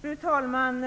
Fru talman!